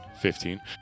Fifteen